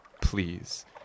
please